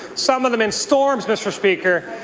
some of them in storms, mr. speaker,